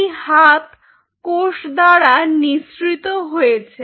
এই হাত কোষ দ্বারা নিঃসৃত হয়েছে